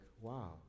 wow